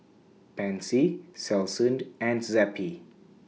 Pansy Selsun and Zappy